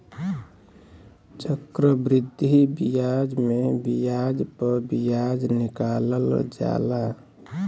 चक्रवृद्धि बियाज मे बियाज प बियाज निकालल जाला